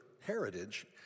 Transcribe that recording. heritage